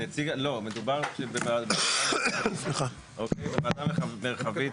נציג, לא, מדובר בוועדה מרחבית.